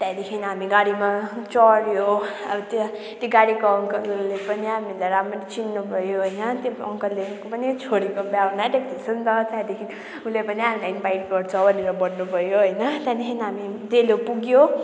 त्यहाँदेखि हामी गाडीमा चढ्यौँ अब त्यहाँ त्यो गाडीको अङ्कलले पनि हामीलाई राम्ररी चिन्नुभयो होइन त्यो अङ्कलले अङ्कलको पनि छोरीको बिहे थिएछन् नि त त्यहाँदेखि उसले पनि हामीलाई इन्भाइट गर्छ भनेर भन्नुभयो होइन त्यहाँदेखि हामी डेलो पुग्यो